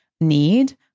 need